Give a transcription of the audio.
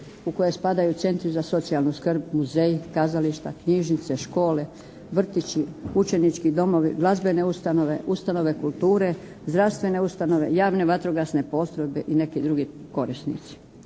u koje spadaju centri za socijalnu skrb, muzeji, kazališta, knjižnice, škole, vrtići, učenički domovi, glazbene ustanove, ustanove kulture, zdravstvene ustanove, javne vatrogasne postrojbe i neki drugi korisnici.